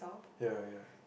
ya ya